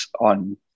on